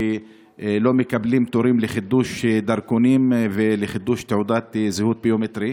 שלא מקבלים תורים לחידוש דרכונים ולחידוש תעודת זהות ביומטרית.